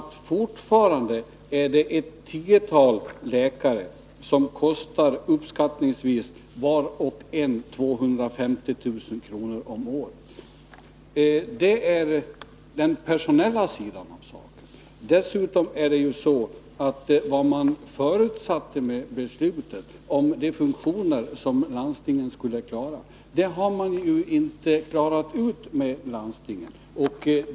Fortfarande lär det finnas ett tiotal läkare, som var och en kostar uppskattningsvis 250 000 kr. om året. Det är den personella sidan av saken. Dessutom är det så, att vad man i beslutet förutsatte om de funktioner som landstingen skulle sköta har man inte klarat ut med landstingen.